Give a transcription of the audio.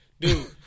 Dude